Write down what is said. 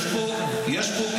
יש פה אצטלה,